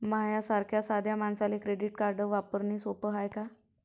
माह्या सारख्या साध्या मानसाले क्रेडिट कार्ड वापरने सोपं हाय का?